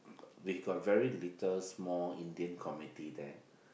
they got very little small Indian committee there